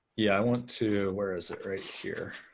yeah. i want to where is it? right here.